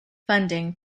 funding